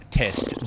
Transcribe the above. test